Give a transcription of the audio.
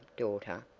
daughter,